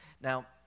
now